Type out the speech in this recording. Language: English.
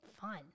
fun